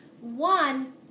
One